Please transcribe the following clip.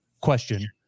question